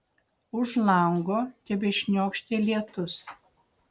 už lango tebešniokštė lietus